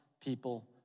people